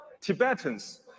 Tibetans